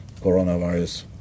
coronavirus